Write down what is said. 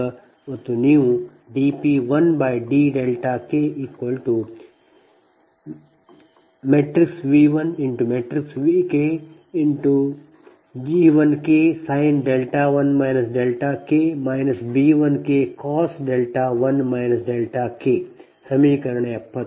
ಆದ್ದರಿಂದ ಈಗ ಮತ್ತು ನೀವು dP1dKV1VKG1K sin 1 k B1K cos 1 K ಸಮೀಕರಣ 77